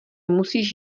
musíš